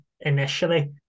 initially